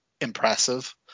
impressive